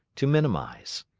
to minimize.